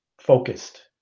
focused